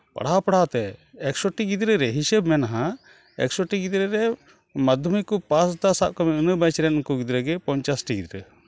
ᱯᱟᱲᱦᱟᱣᱼᱯᱟᱲᱦᱟᱣ ᱛᱮ ᱮᱠᱥᱚ ᱴᱤ ᱜᱤᱫᱽᱨᱟᱹ ᱨᱮ ᱦᱤᱥᱟᱹᱵᱽ ᱢᱮᱱᱟᱜᱼᱟ ᱮᱠᱥᱚ ᱴᱤ ᱜᱤᱫᱽᱨᱟᱹ ᱨᱮ ᱢᱟᱫᱽᱫᱷᱚᱢᱤᱠ ᱠᱚ ᱯᱟᱥ ᱫᱟ ᱥᱟᱵ ᱠᱟᱜ ᱢᱮ ᱤᱱᱟᱹ ᱵᱚᱭᱮᱥ ᱨᱮᱱ ᱩᱱᱠᱩ ᱜᱤᱫᱽᱨᱟᱹ ᱜᱮ ᱯᱚᱧᱪᱟᱥ ᱴᱤ ᱜᱤᱫᱽᱨᱟᱹ